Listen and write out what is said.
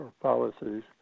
policies